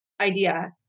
idea